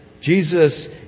Jesus